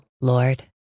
Lord